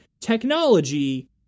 technology